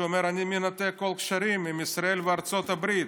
שאומר: אני מנתק את כל הקשרים עם ישראל וארצות הברית.